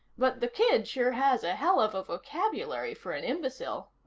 but the kid sure has a hell of a vocabulary for an imbecile.